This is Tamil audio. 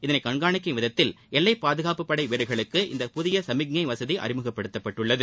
இதனை கண்காணிக்கும் விதத்தில் எல்லைப் பாதுகாப்புப் படை வீரர்களுக்கு இந்த புதிய சமிக்ஞ்சை வகதி அறிமுகப்பட்டுள்ளது